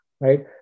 right